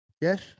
yes